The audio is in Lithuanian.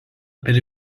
per